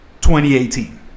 2018